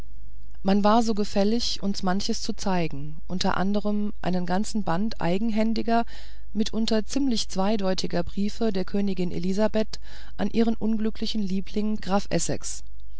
man war so gefällig uns manches zu zeigen unter anderem einen ganzen band eigenhändiger mitunter ziemlich zweideutiger briefe der königin elisabeth an ihren unglücklichen liebling grafen essex